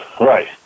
Right